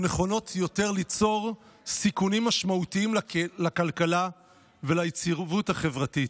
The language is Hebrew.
והן נכונות יותר ליצור סיכונים משמעותיים לכלכלה וליציבות החברתית.